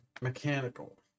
mechanical